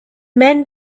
men